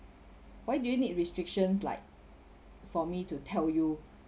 why do you need restrictions like for me to tell you